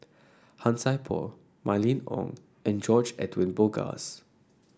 Han Sai Por Mylene Ong and George Edwin Bogaars